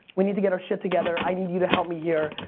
we need to get our shit together. i need you to help me here.